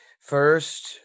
First